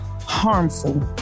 harmful